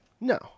No